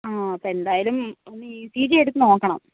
ആ അപ്പോൾ എന്തായാലും ഒന്ന് ഇ സി ജി എടുത്ത് നോക്കണം